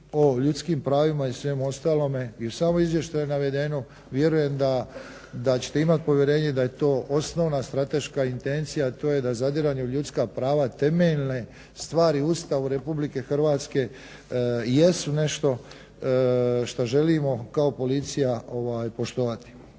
o ljudskim pravima i svemu ostalome i u samom izvještaju je navedeno vjerujem da ćete imati povjerenje i da je to osnovna strateška intencija, a to je da zadiranje u ljudska prava temeljne stvari u Ustavu RH jesu nešto što želimo kao policija poštovati.